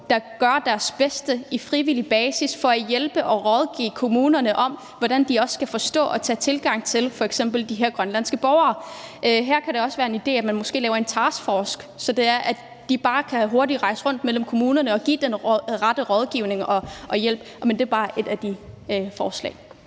der gør deres bedste på frivillig basis for at hjælpe og rådgive kommunerne om, hvilken tilgang de skal have til f.eks. de her grønlandske borgere. Her kan det også være en idé, at man måske laver en taskforce, så de hurtigt kan rejse rundt mellem kommunerne og give den rette rådgivning og hjælp. Men det er bare ét forslag.